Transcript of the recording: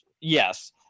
yes